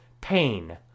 pain